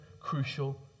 crucial